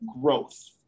growth